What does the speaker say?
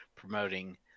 Promoting